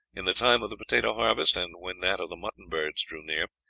in the time of the potato harvest, and when that of the mutton birds drew near,